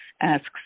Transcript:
Asks